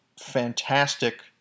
fantastic